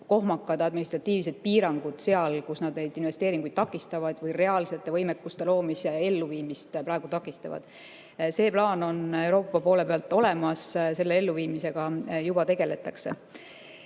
kohmakad administratiivsed piirangud seal, kus nad neid investeeringuid või reaalsete võimekuste loomise elluviimist praegu takistavad. See plaan on Euroopa poole pealt olemas, selle elluviimisega juba tegeldakse.